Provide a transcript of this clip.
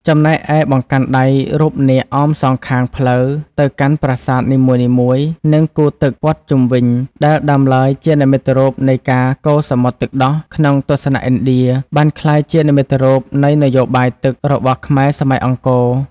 ចំណែកឯបង្កាន់ដៃរូបនាគអមសងខាងផ្លូវទៅកាន់ប្រាសាទនីមួយៗ និងគូទឹកព័ទ្ធជុំវិញ ដែលដើមឡើយជានិមិត្តរូបនៃការកូរសមុទ្រទឹកដោះក្នុងទស្សនៈឥណ្ឌា បានក្លាយជានិមិត្តរូបនៃ នយោបាយទឹក របស់ខ្មែរសម័យអង្គរ។